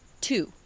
two